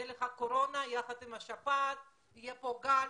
תהיה לך קורונה ביחד עם השפעת, יהיה פה גל,